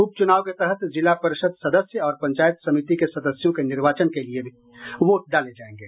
उप चुनाव के तहत जिला परिषद् सदस्य और पंचायत समिति के सदस्यों के निर्वाचन के लिये भी वोट डाले जायेंगे